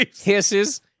Hisses